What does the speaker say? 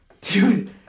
Dude